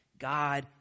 God